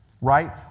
right